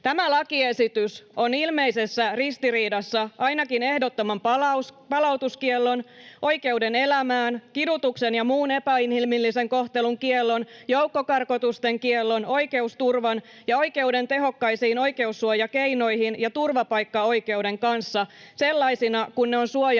Tämä lakiesitys on ilmeisessä ristiriidassa ainakin ehdottoman palautuskiellon, oikeuden elämään, kidutuksen ja muun epäinhimillisen kohtelun kiellon, joukkokarkotusten kiellon, oikeusturvan ja oikeuden tehokkaisiin oikeussuojakeinoihin ja turvapaikkaoikeuden kanssa sellaisina kuin ne on suojattu